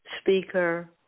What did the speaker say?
speaker